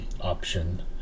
option